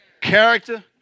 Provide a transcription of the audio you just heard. character